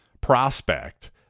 prospect